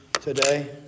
today